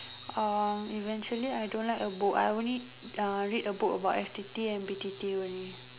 uh eventually I don't like a book I only uh read a book about F_T_T and B_T_T only